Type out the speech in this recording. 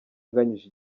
anganyije